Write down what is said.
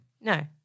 No